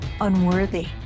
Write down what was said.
unworthy